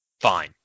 fine